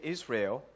Israel